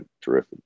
terrific